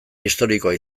historikoa